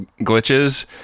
glitches